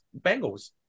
Bengals